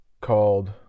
called